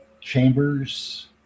Chambers